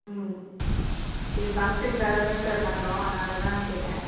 ம் இது ஃபங்க்ஷன்க்காகதானே சார் பண்ணுறோம் அதனால தான் கேட்டேன்